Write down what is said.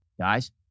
guys